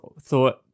thought